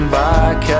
back